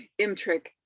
Imtrick